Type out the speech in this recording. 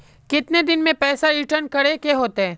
कितने दिन में पैसा रिटर्न करे के होते?